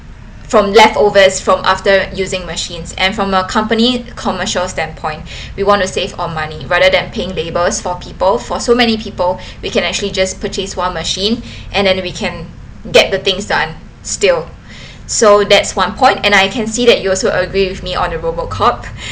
from leftovers from after using machines and from our company commercial standpoint we want to save on money rather than paying labours for people for so many people we can actually just purchase one machine and then we can get the things done still so that's one point and I can see that you also agreed with me on the robot cop